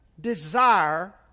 desire